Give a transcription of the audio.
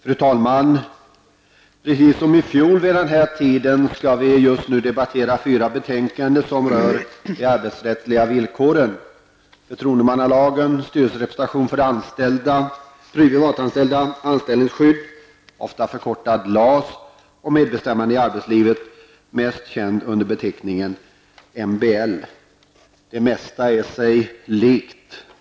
Fru talman! Precis som i fjol vid denna tid skall vi nu debattera fyra betänkanden som rör de arbetsrättsliga villkoren: förtroendemannalagen, lagen om styrelserepresentationen för de privatanställda, lagen om anställningsskydd, ofta förkortad LAS, och lagen om medbestämmande i arbetslivet, mest känd under beteckningen MBL. Det mesta är sig likt.